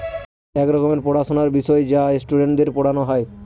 এক রকমের পড়াশোনার বিষয় যা স্টুডেন্টদের পড়ানো হয়